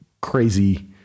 crazy